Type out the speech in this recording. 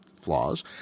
flaws